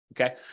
Okay